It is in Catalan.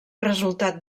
resultat